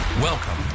Welcome